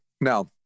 Now